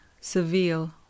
Seville